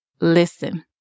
Listen